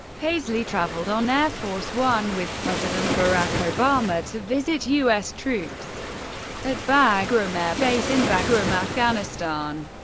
paisley traveled on air force one with president barack obama to visit us troops at bagram air base in bagram, afghanistan.